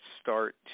start